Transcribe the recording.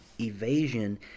evasion